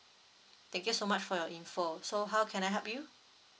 thank you so much for your info so how can I help you